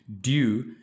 due